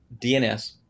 DNS